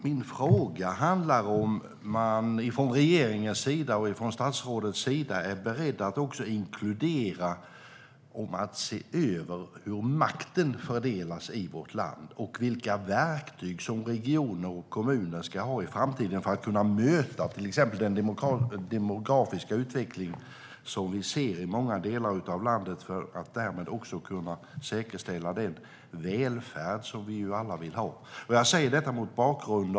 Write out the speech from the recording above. Min fråga handlar om huruvida man från regeringens och statsrådets sida är beredd att också inkludera att se över hur makten fördelas i vårt land och vilka verktyg som regioner och kommuner ska ha i framtiden för att kunna möta till exempel den demografiska utveckling vi ser i många delar av landet och kunna säkerställa den välfärd som vi ju alla vill ha.